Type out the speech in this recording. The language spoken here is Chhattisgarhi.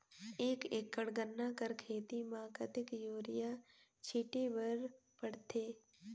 एक एकड़ गन्ना कर खेती म कतेक युरिया छिंटे बर पड़थे?